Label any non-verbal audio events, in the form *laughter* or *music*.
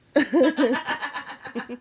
*laughs*